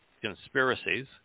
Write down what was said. conspiracies